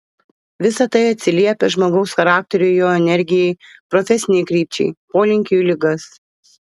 visa tai atsiliepia žmogaus charakteriui jo energijai profesinei krypčiai polinkiui į ligas